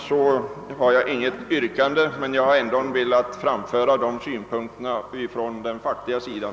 Jag har inget yrkande, men jag har ändå velat framföra dessa synpunkter från den fackliga sidan.